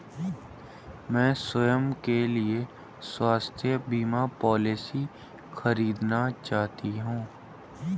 मैं स्वयं के लिए स्वास्थ्य बीमा पॉलिसी खरीदना चाहती हूं